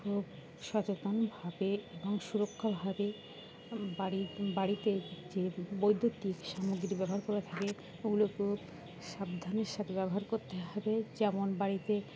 খুব সচেতনভাবে এবং সুরক্ষাভাবে বাড়ি বাড়িতে যে বৈদ্যুতিক সামগ্রী ব্যবহার করে থাকে ওগুলো খুব সাবধানের সাথে ব্যবহার করতে হবে যেমন বাড়িতে